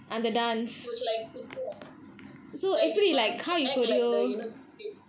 it was like குத்து ஆட்டம்:kuthu aatam item like you must act like you know the girl